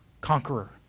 conqueror